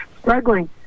struggling